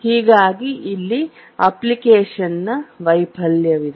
ಹೀಗಾಗಿ ಇಲ್ಲಿ ಅಪ್ಲಿಕೇಶನ್ ನ ವೈಫಲ್ಯವಿದೆ